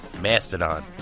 Mastodon